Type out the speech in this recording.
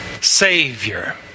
Savior